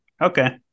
Okay